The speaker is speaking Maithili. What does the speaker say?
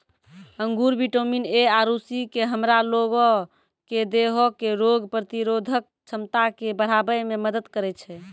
अंगूर विटामिन ए आरु सी से हमरा लोगो के देहो के रोग प्रतिरोधक क्षमता के बढ़ाबै मे मदत करै छै